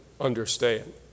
understand